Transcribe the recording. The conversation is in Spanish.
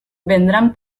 vendrán